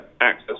access